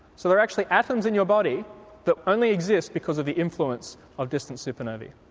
so there are actually atoms in your body that only exist because of the influence of distant supernovae.